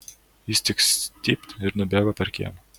jis tik stypt ir nubėgo per kiemą